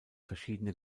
verschiedene